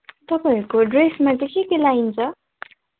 तपाईँहरूको ड्रेसमा चाहिँ के के लाइन्छ